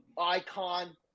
ICON